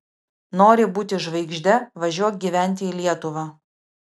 nori būti žvaigžde važiuok gyventi į lietuvą